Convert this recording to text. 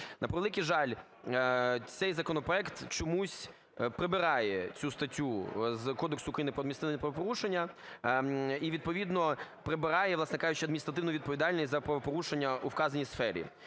На превеликий жаль, цей законопроект чомусь прибирає цю статтю з Кодексу України про адміністративні правопорушення і відповідно прибирає, власне кажучи, адміністративну відповідальність за правопорушення у вказаній сфері.